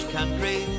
Country